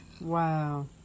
Wow